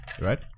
right